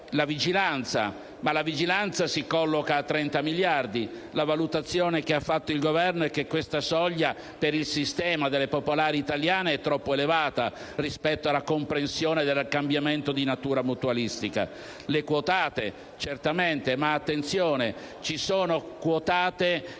alla Camera. La vigilanza si colloca a 30 miliardi. La valutazione che ha fatto il Governo è che questa soglia, per il sistema delle popolari italiane, è troppo elevata rispetto alla comprensione del cambiamento di natura mutualistica. C'è il criterio delle quotate, certamente, ma - attenzione - ci sono alcune quotate che